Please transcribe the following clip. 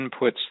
inputs